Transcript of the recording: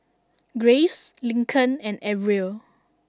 Graves Lincoln and Arvil